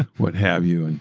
what have you. and